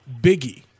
Biggie